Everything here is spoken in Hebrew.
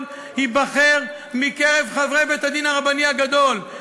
ייבחר מקרב חברי בית-הדין הרבני הגדול.